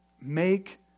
Make